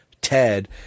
Ted